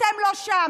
אתם לא שם.